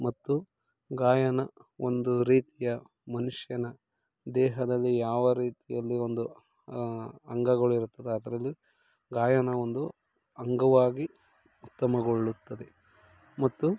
ಮತ್ತು ಗಾಯನ ಒಂದು ರೀತಿಯ ಮನುಷ್ಯನ ದೇಹದಲ್ಲಿ ಯಾವ ರೀತಿಯಲ್ಲಿ ಒಂದು ಅಂಗಗಳಿರುತ್ತದೆಯೋ ಅದರಲ್ಲಿ ಗಾಯನ ಒಂದು ಅಂಗವಾಗಿ ಉತ್ತಮಗೊಳ್ಳುತ್ತದೆ ಮತ್ತು